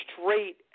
straight